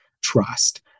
trust